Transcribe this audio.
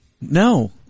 No